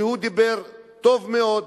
שדיבר טוב מאוד.